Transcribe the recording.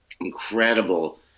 incredible